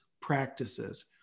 practices